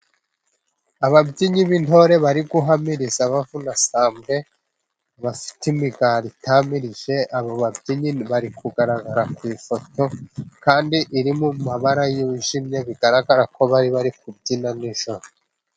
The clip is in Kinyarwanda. Ababyinnyi b'intore bari guhamiriza bavuna sambwe bafite imigara itamirije, abo babyinnyi bari kugaragara ku ifoto kandi iri mu mabara yijimye , bigaragarako bari bari kubyina nijoro.